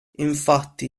infatti